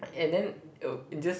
and then it'll just